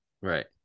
Right